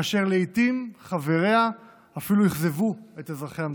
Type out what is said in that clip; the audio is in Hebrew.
כאשר לעיתים חבריה אפילו אכזבו את אזרחי המדינה.